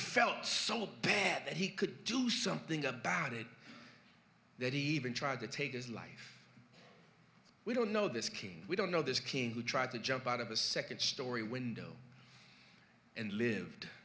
felt so bad that he could do something about it that he even tried to take his life we don't know this king we don't know this king who tried to jump out of a second story window and lived